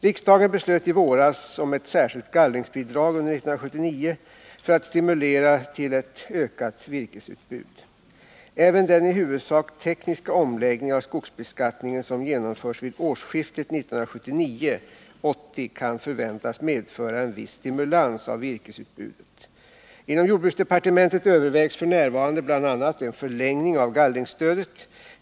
Riksdagen beslöt i våras om ett särskilt gallringsbidrag under 1979 för att stimulera till ett ökat virkesutbud. Även den i huvudsak tekniska omläggning av skogsbeskattningen som genomförs vid årsskiftet 1979-1980 kan förväntas medföra en viss stimulans av virkesutbudet. Inom jordbruksdepartementet övervägs f.n. bl.a. en förlängning av gallringsstödet.